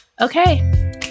Okay